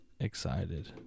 excited